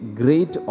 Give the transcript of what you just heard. great